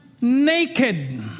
naked